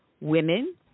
women